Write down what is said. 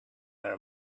her